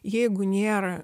jeigu nėra